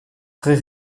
très